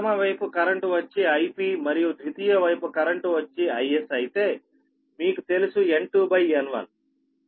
ప్రధమవైపు current వచ్చి Ip మరియు ద్వితీయ వైపు కరెంటు వచ్చి Is అయితే మీకు తెలుసు N2N1